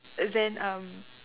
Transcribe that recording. then um